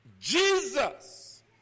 Jesus